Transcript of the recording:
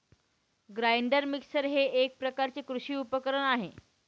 grinder mixer हे एक प्रकारचे कृषी उपकरण आहे